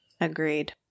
Agreed